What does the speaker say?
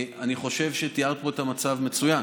אני חושב שתיארת פה את המצב מצוין,